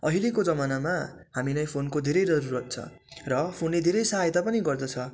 अहिलेको जमानामा हामीलाई फोनको धेरै जरुरत छ र फोनले धेरै सहायता पनि गर्दछ